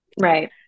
right